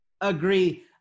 Agree